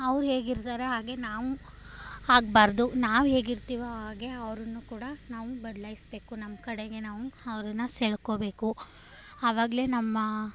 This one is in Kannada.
ಅವ್ರು ಹೇಗಿರ್ತಾರೋ ಹಾಗೇ ನಾವು ಆಗಬಾರ್ದು ನಾವು ಹೇಗಿರ್ತೀವೋ ಹಾಗೆ ಅವರನ್ನೂ ಕೂಡ ನಾವು ಬದಲಾಯಿಸ್ಬೇಕು ನಮ್ಮ ಕಡೆಗೆ ನಾವು ಅವ್ರನ್ನು ಸೆಳ್ಕೊಬೇಕು ಆವಾಗಲೇ ನಮ್ಮ